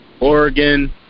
Oregon